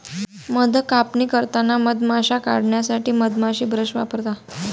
मध कापणी करताना मधमाश्या काढण्यासाठी मधमाशी ब्रश वापरा